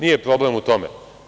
Nije problem u tome.